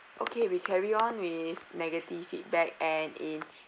okay we carry on with negative feedback and in